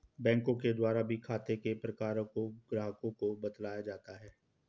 बैंकों के द्वारा भी खाते के प्रकारों को ग्राहकों को बतलाया जाता है